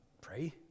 pray